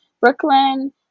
Brooklyn